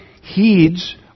heeds